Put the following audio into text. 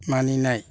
मानिनाय